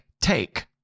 take